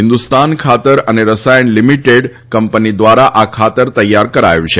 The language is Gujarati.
હિન્દુસ્તાન ખાતર અને રસાયણ લીમીટેડ એયયુઆરએલ કંપની ધ્વારા આ ખાતર તૈયાર કરાયું છે